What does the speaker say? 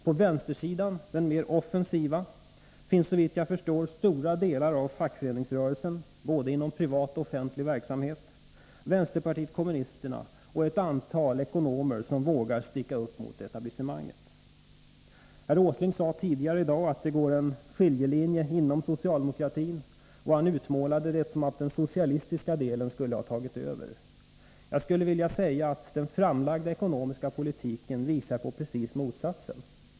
På vänstersidan, den mer offensiva sidan, finns såvitt jag förstår stora delar av fackföreningsrörelsen inom både privat och offentlig verksamhet, vänsterpartiet kommunisterna och ett antal ekonomer som vågar sticka upp mot etablissemanget. Herr Åsling sade tidigare i dag att det går en skiljelinje inom socialdemokratin, och han utmålade det så att den socialistiska delen skulle ha tagit över. Jag skulle vilja säga att den framlagda ekonomiska politiken visar på raka motsatsen.